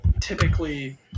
typically